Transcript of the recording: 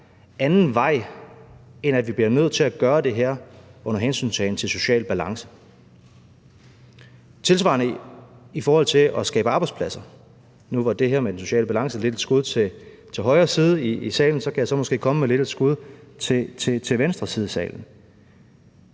anden vej, end at vi bliver nødt til at gøre det her under hensyntagen til social balance. Det er tilsvarende i forhold til at skabe arbejdspladser. Nu var det her med den sociale balance lidt et skud til højre side af salen. Så kan jeg måske komme med et lille skud til venstre side af salen.